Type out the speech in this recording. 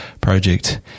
Project